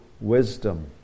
wisdom